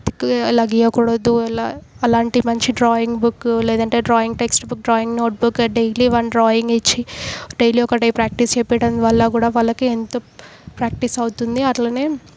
తిక్గా ఎలా గీయకూడదు ఎలా అలాంటి మంచి డ్రాయింగ్ బుక్ లేదంటే drawing textbook drawing notebook daily one drawing ఇచ్చి డైలీ ఒకటి ప్రాక్టీస్ చేపించడం వల్ల కూడా వాళ్ళకి ఎంతో ప్రాక్టీస్ అవుతుంది అట్లనే